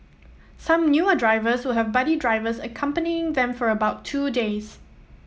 some newer drivers will have buddy drivers accompanying them for about two days